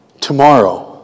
Tomorrow